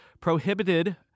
prohibited